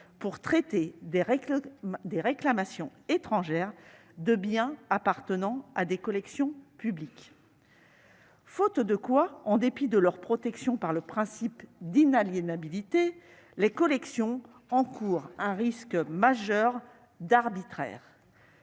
pour traiter des réclamations étrangères de biens appartenant à des collections publiques. Faute de quoi, en dépit de leur protection par le principe d'inaliénabilité, les collections encourent un risque majeur d'arbitraire.